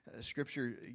Scripture